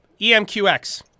EMQX